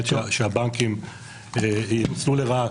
באמת שהבנקים ינוצלו לרעה,